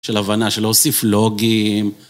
של הבנה של להוסיף לוגים.